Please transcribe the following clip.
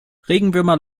regenwürmer